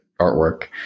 artwork